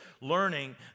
learning